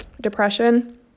depression